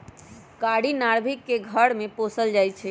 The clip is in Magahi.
कारी नार्भिक के घर में पोशाल जाइ छइ